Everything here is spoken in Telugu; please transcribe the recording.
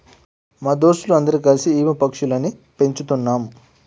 మా దోస్తులు అందరు కల్సి ఈము పక్షులని పెంచుతున్నాం